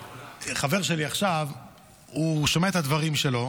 חבר שלי עכשיו שומע את הדברים שלי,